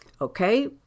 Okay